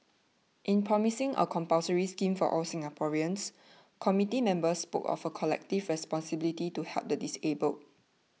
in proposing a compulsory scheme for all Singaporeans committee members spoke of a collective responsibility to help the disabled